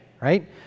right